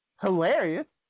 Hilarious